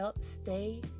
stay